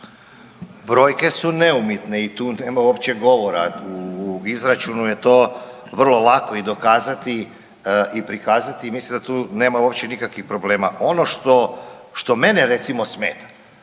razumije./... i tu nema uopće govora u izračunu je to vrlo lako i dokazati i prikazati i mislim da tu nema uopće nikakvih problema. Ono što mene recimo smeta,